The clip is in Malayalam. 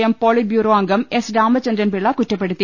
എം പൊളിറ്റ്ബ്യൂറോ അംഗം എസ് രാമചന്ദ്രൻപിള്ള കുറ്റപ്പെടുത്തി